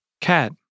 Cat